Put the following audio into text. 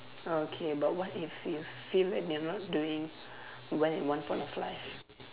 okay but what if if feel that they are not doing well at one point of life